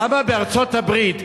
למה בארצות-הברית,